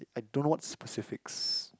I don't know what specifics